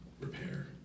repair